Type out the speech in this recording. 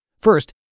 First